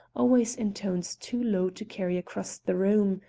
always in tones too low to carry across the room.